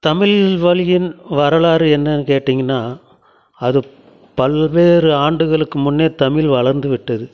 தமிழ் வழியின் வரலாறு என்னென்னு கேட்டீங்கன்னா அது பல்வேறு ஆண்டுகளுக்கு முன்னே தமிழ் வளர்ந்துவிட்டது